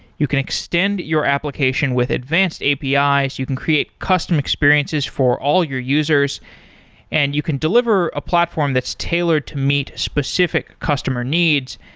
you can extend your application with advanced api, so you can create custom experiences for all your users and you can deliver a platform that's tailored to meet specific customer needs.